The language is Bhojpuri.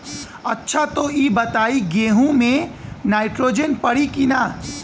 अच्छा त ई बताईं गेहूँ मे नाइट्रोजन पड़ी कि ना?